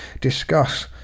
discuss